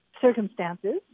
circumstances